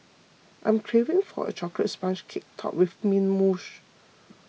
I am craving for a Chocolate Sponge Cake Topped with Mint Mousse